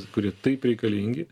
kurie taip reikalingi